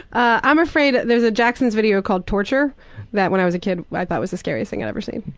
i'm afraid there's a jacksons video called torture that when i was a kid i thought was the scariest thing i'd ever seen.